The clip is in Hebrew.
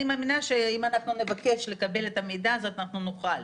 אני מאמינה שאם נבקש לקבל את המידע, אנחנו נוכל.